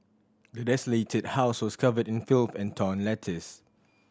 the desolated house was covered in filth and torn letters